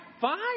Fine